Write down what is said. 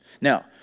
Now